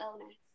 illness